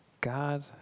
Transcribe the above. God